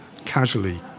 casually